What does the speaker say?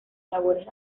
labores